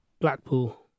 Blackpool